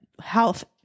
health